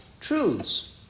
truths